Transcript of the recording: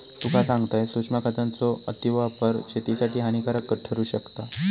तुका सांगतंय, सूक्ष्म खतांचो अतिवापर शेतीसाठी हानिकारक ठरू शकता